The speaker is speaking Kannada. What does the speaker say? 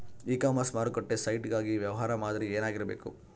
ಇ ಕಾಮರ್ಸ್ ಮಾರುಕಟ್ಟೆ ಸೈಟ್ ಗಾಗಿ ವ್ಯವಹಾರ ಮಾದರಿ ಏನಾಗಿರಬೇಕು?